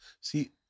see